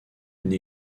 une